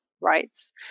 rights